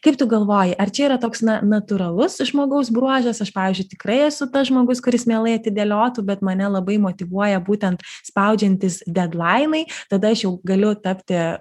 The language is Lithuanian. kaip tu galvoji ar čia yra toks na natūralus žmogaus bruožas aš pavyzdžiui tikrai esu tas žmogus kuris mielai atidėliotų bet mane labai motyvuoja būtent spaudžiantis dedlainai tada aš jau galiu tapti